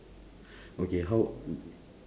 okay how